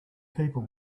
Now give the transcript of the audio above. people